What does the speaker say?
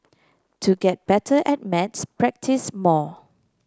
to get better at maths practise more